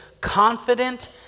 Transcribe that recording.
confident